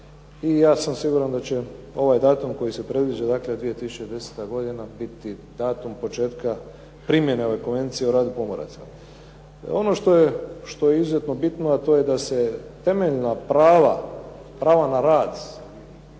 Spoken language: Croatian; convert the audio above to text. I ja sam siguran da će ovaj datum koji se predviđa, dakle 2010. godina biti datum početka primjene ove konvencije o radu pomoraca. Ono što je izuzetno bitno, a to je da se temeljna prava, prava na rad,